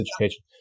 education